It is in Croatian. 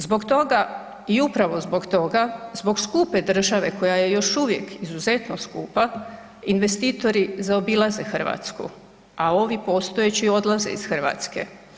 Zbog toga i upravo zbog toga, zbog skupe države koja je još uvijek izuzetno skupa investitori zaobilaze Hrvatsku, a ovi postojeći odlaze iz Hrvatske.